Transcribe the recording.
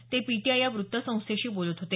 ते पीटीआय या वृत्तसंस्थेशी बोलत होते